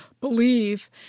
believe